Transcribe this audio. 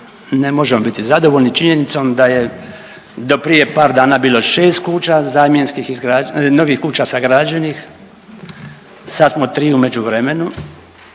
ne možemo biti zadovoljni činjenicom da je do prije par dana bilo 6 kuća zamjenski .../nerazumljivo/... novih kuća sagrađenih, sad smo 3 u međuvremenu